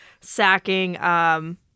sacking